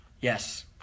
yes